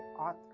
author